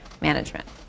management